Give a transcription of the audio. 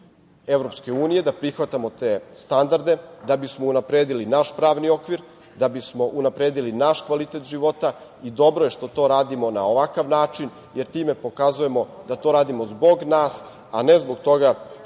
Evropske unije, da prihvatamo te standarde da bismo unapredili naš pravni okvir, da bismo unapredili naš kvalitet života. Dobro je što to radimo na ovakav način, jer time pokazujemo da to radimo zbog nas, a ne zbog toga